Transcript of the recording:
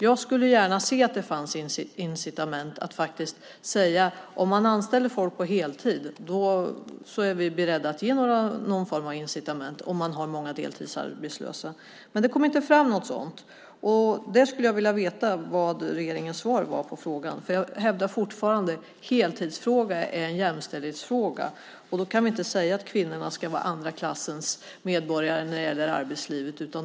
Jag skulle gärna se att det fanns någon form av incitament för att anställa folk på heltid om det finns många deltidsarbetslösa. Men det kom inte fram något sådant. Jag skulle vilja veta vad regeringen har för svar på frågan. Jag hävdar fortfarande att heltidsfrågan är en jämställdhetsfråga. Vi kan inte säga att kvinnorna ska vara andra klassens medborgare i arbetslivet.